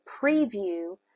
preview